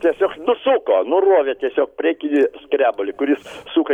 tiesiog nusuko nurovė tiesiog priekinį skrebulį kuris suka